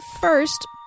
first